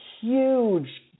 huge